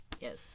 Yes